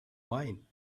mine